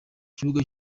kibuga